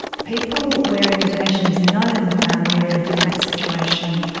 people where a mutation is known in the family are in a different situation,